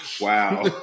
Wow